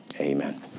amen